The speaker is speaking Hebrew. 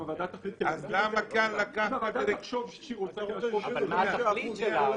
אם הוועדה תחשוב שהיא רוצה --- אבל מה התכלית שלה?